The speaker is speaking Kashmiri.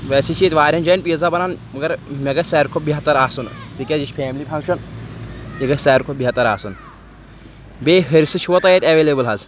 ویسے چھِ ییٚتہِ وایاہَن جایَن پیٖزا بَنان مگر مےٚ گژھِ ساروی کھۄتہٕ بہتر آسُن تِکیٛازِ یہِ چھِ فیملی فنٛگشَن یہِ گژھِ ساروی کھۄتہِ بہتر آسُن بیٚیہِ ۂرِسہٕ چھُوا تۄہہِ اَتہِ اٮ۪ویلیبٕل حظ